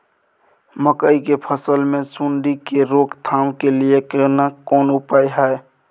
मकई की फसल मे सुंडी के रोक थाम के लिये केना कोन उपाय हय?